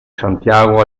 santiago